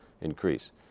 increase